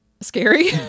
scary